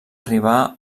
arribar